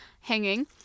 hanging